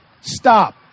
stop